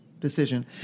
Decision